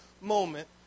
moment